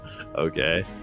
Okay